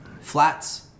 Flats